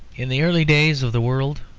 in the early days of the world,